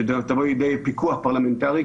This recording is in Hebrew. שתבוא לידי פיקוח פרלמנטרי,